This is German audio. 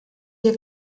hier